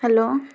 hello